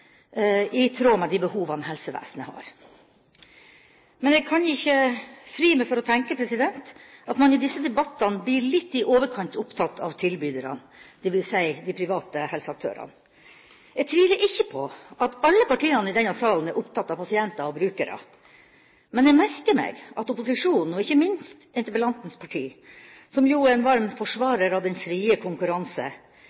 i tråd med de behovene helsevesenet har. Men jeg kan ikke fri meg for å tenke at man i disse debattene blir litt i overkant opptatt av tilbyderne, dvs. de private helseaktørene. Jeg tviler ikke på at alle partiene i denne salen er opptatt av pasienter og brukere, men jeg merker meg at opposisjonen – og ikke minst interpellantens parti, som jo er en varm